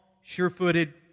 sure-footed